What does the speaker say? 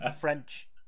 French